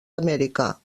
amèrica